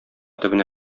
төбенә